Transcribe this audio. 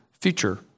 future